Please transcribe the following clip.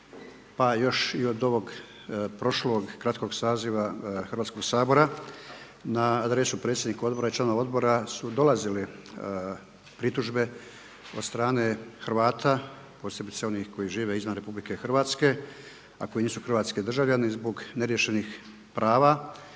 pa još i od ovog prošlog kratkog saziva Hrvatskog sabora na adresu predsjednika odbora i članova odbora su dolazile pritužbe od strane Hrvata posebice onih koji žive izvan RH a koji nisu hrvatski državljani zbog neriješenih prava